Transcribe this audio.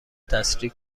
تسریع